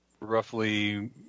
roughly